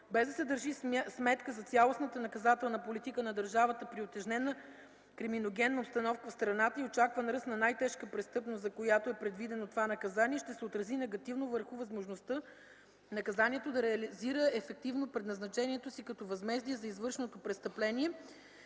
без да се държи сметка за цялостната наказателна политика на държавата при утежнена криминогенна обстановка в страната и очакван ръст на най-тежката престъпност, за която е предвидено това наказание, ще се отрази негативно върху възможността наказанието да реализира ефективно предназначението си като възмездие за извършеното престъпление